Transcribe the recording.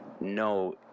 no